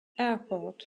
airport